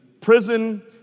prison